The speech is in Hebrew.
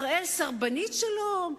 ישראל סרבנית שלום,